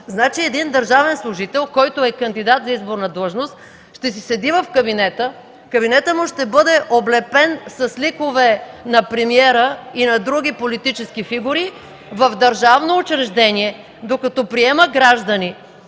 Един държавен служител, който е кандидат за изборна длъжност, ще си седи в кабинета, той ще бъде облепен с ликове на премиера и на други политически фигури в държавно учреждение, докато приема граждани,